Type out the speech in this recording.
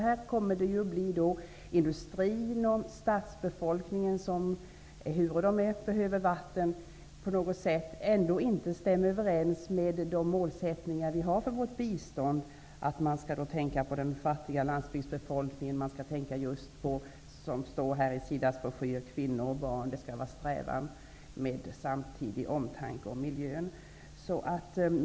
Här kommer industrin och stadsbefolkningen att gynnas. Även om stadsbefolkningen behöver vatten, stämmer det inte riktigt med de mål som vi har för vårt bistånd, nämligen att man skall tänka på den fattiga landsbygdsbefolkningen och, som det står i SIDA:s broschyr, kvinnor och barn. Det skall vara en strävan med samtidig omtanke om miljön.